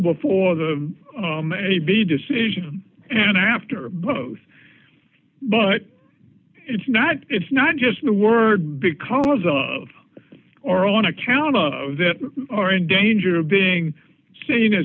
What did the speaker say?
before the ab decision and after both but it's not it's not just the word because of or on account of that are in danger of being seen a